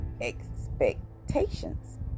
expectations